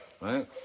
right